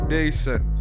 decent